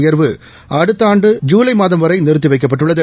உயர்வு அடுத்த ஆண்டு ஜூலை மாதம் வரை நிறுத்தி வைக்கப்பட்டுள்ளது